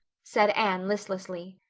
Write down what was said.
said anne listlessly.